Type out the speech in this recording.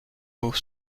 aux